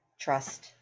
trust